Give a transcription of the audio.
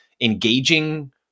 engaging